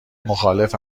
مخالف